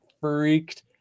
freaked